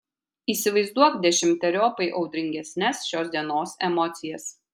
įsivaizduok dešimteriopai audringesnes šios dienos emocijas